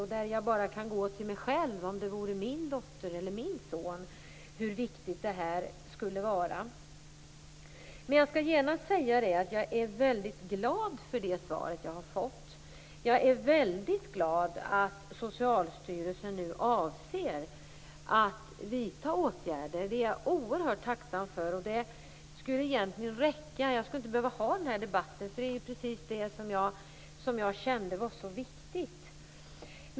Om jag går till mig själv och tänker att det gällde min dotter eller min son kan jag ju känna hur viktigt det skulle vara. Jag är väldigt glad för det svar jag har fått, och jag är glad över att Socialstyrelsen nu avser att vidta åtgärder. Jag är oerhört tacksam för det. Det skulle egentligen räcka, och jag skulle alltså inte behöva ha den här debatten. Det här är precis det som jag kände var så viktigt.